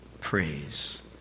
praise